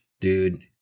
dude